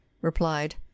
replied